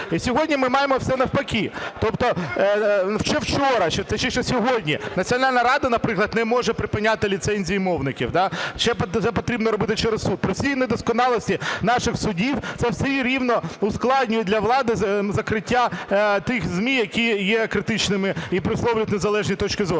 Сьогодні ми маємо все навпаки, тобто ще вчора чи, точніше, сьогодні Національна рада, наприклад, не може припиняти ліцензії мовників, це потрібно робити через суд. При всій недосконалості наших судів це все рівно ускладнює для влади закриття тих ЗМІ, які є критичними і висловлюють незалежні точки зору.